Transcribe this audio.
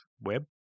Web